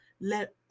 let